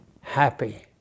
happy